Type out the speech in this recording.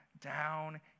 down